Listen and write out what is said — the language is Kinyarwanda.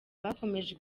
bakomeje